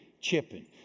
chipping